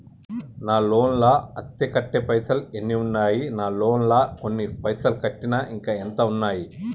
నా లోన్ లా అత్తే కట్టే పైసల్ ఎన్ని ఉన్నాయి నా లోన్ లా కొన్ని పైసల్ కట్టిన ఇంకా ఎంత ఉన్నాయి?